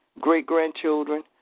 great-grandchildren